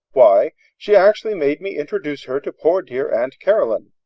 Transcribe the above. why! she actually made me introduce her to poor dear aunt caroline.